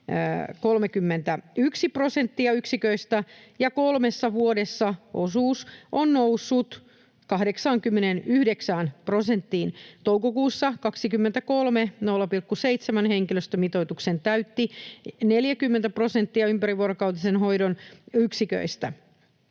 31 prosenttia yksiköistä, ja kolmessa vuodessa osuus on noussut 89 prosenttiin. Vuoden 23 toukokuussa 0,7-henkilöstömitoituksen täytti 40 prosenttia ympärivuorokautisen hoidon yksiköistä.